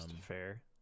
fair